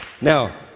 Now